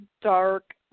dark